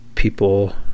people